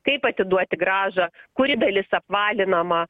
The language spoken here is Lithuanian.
kaip atiduoti grąžą kuri dalis apvalinama